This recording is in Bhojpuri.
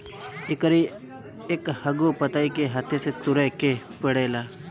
एकरी एकहगो पतइ के हाथे से तुरे के पड़ेला